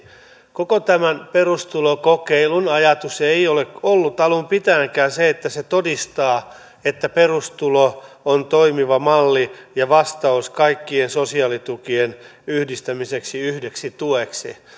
koko tämän perustulokokeilun ajatus ei ole ollut alun pitäenkään se että se todistaa että perustulo on toimiva malli ja vastaus kaikkien sosiaalitukien yhdistämiseksi yhdeksi tueksi